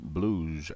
Blues